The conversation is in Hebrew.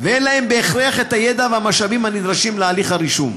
ואין להם בהכרח הידע והמשאבים הנדרשים להליך הרישום.